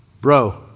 bro